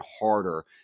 harder